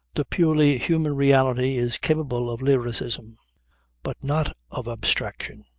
the purely human reality is capable of lyrism but not of abstraction.